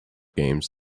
games